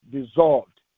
Dissolved